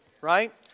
Right